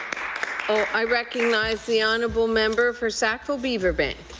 ah i recognize the honourable member for sackville-beaver bank.